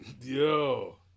Yo